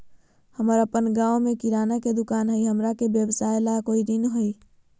हमर अपन गांव में किराना के दुकान हई, हमरा के व्यवसाय ला कोई ऋण हई?